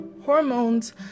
hormones